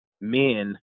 men